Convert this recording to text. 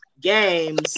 games